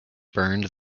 burned